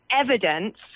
evidence